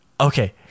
okay